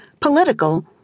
political